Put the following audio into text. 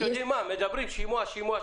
מדברים על שימוע.